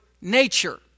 nature